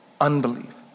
unbelief